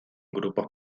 grupos